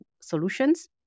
solutions